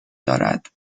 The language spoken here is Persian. دارد